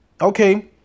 Okay